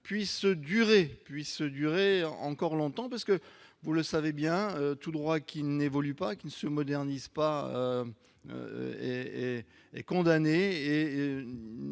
prolonger encore longtemps. En effet, vous le savez bien, tout droit qui n'évolue pas, qui ne se modernise pas, est condamné.